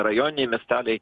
rajoniniai miesteliai